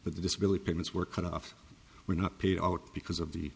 but the disability payments were cut off were not paid out because of the